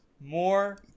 more